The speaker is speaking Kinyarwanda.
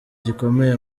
gikomeye